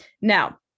Now